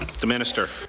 the minister.